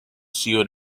sealed